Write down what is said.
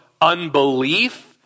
unbelief